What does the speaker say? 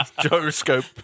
gyroscope